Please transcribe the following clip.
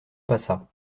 passa